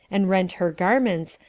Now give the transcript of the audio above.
and rent her garments,